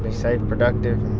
safe, productive,